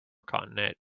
continent